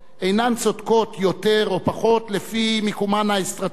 אינן צודקות יותר או פחות לפי מיקומן האסטרטגי,